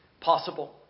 possible